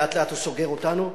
לאט-לאט הוא סוגר אותנו.